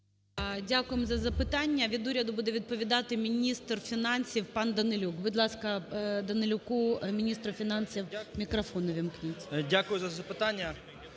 Дякуємо за запитання. Від уряду буде відповідати міністр фінансів пан Данилюк. Будь ласка, Данилюку, міністру фінансів мікрофон увімкніть. 10:31:15 ДАНИЛЮК